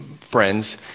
friends